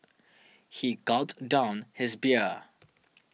he gulped down his beer